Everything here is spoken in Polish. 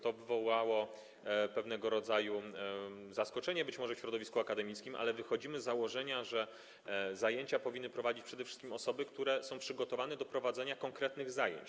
To wywołało pewnego rodzaju zaskoczenie być może w środowisku akademickim, ale wychodzimy z założenia, że zajęcia powinny prowadzić przede wszystkim osoby, które są przygotowane do prowadzenia konkretnych zajęć.